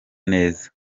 neza